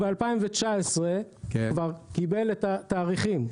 ב-2019 הוא כבר קיבל את התאריכים.